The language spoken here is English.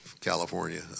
California